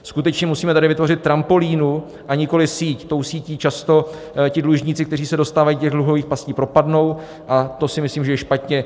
Skutečně tady musíme vytvořit trampolínu, a nikoliv síť tou sítí často dlužníci, kteří se dostávají do dluhových pastí, propadnou, a to si myslím, že je špatně.